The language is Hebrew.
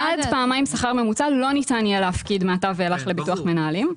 עד פעמיים שכר ממוצע לא ניתן יהיה להפקיד מעתה ואילך לביטוח מנהלים.